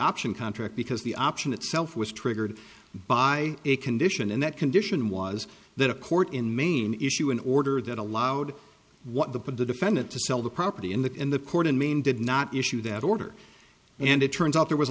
option contract because the option itself was triggered by a condition and that condition was that a court in maine issue an order that allowed what the put the defendant to sell the property in the in the court in maine did not issue that order and it turns out there was a